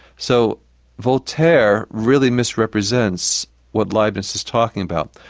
so voltaire really misrepresents what leibniz is talking about.